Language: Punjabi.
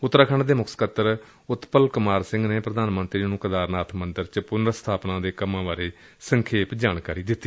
ਉਤਰਾਖੰਡ ਦੇ ਮੁੱਖ ਸਕੱਤਰ ਉੱਤਪਾਲ ਕੁਮਾਰ ਸਿੰਘ ਨੇ ਪ੍ਰਧਾਨ ਮੰਤਰੀ ਨੂੰ ਕੇਦਾਰਨਾਬ ਮੰਦਰ ਚ ਪੁਨਰ ਸਬਾਪਨਾ ਦੇ ਕੰਮਾਂ ਬਾਰੇ ਸੰਖੇਪ ਜਾਣਕਾਰੀ ਦਿੱਤੀ